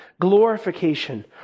Glorification